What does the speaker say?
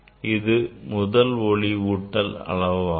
இது முதல் ஒளியூட்டல் அளவாகும்